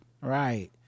Right